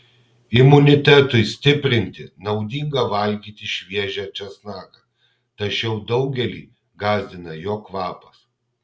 imunitetui stiprinti naudinga valgyti šviežią česnaką tačiau daugelį gąsdina jo kvapas